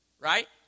Right